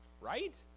Right